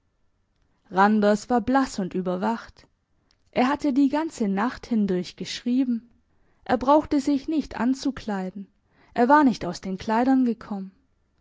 randers war blass und überwacht er hatte die ganze nacht hindurch geschrieben er brauchte sich nicht anzukleiden er war nicht aus den kleidern gekommen